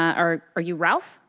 are are you ralph?